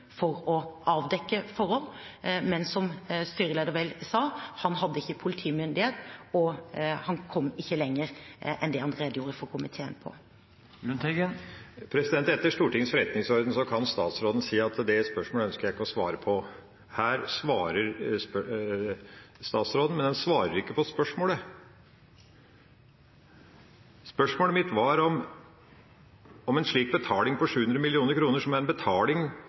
for å avdekke forhold. Men som styrelederen vel sa: Han hadde ikke politimyndighet, og han kom ikke lenger enn det han redegjorde for komiteen om. Etter Stortingets forretningsorden kan statsråden si at det spørsmålet ønsker hun ikke å svare på. Her svarer statsråden, men hun svarer ikke på spørsmålet. Spørsmålet mitt er om svaret som gjaldt 700 mill. kr som betaling for en reise inn i Usbekistan, er et svar som